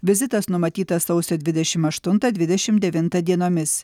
vizitas numatytas sausio dvidešimt aštuntą dvidešimt devintą dienomis